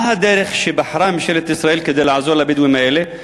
מה הדרך שבחרה ממשלת ישראל כדי לעזור לבדואים האלה?